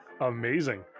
amazing